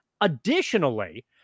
Additionally